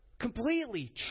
completely